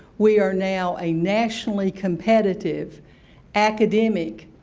we are now a nationally competitive academic,